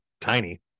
tiny